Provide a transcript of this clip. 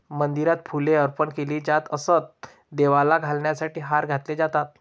मंदिरात फुले अर्पण केली जात असत, देवाला घालण्यासाठी हार घातले जातात